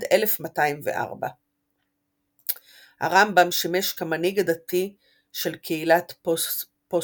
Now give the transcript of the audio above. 1196–1204. הרמב"ם שימש כמנהיג הדתי של קהילת פוסטאט,